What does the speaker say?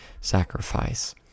sacrifice